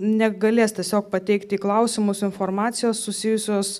negalės tiesiog pateikt į klausimus informacijos susijusios